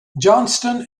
johnston